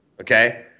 Okay